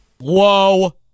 Whoa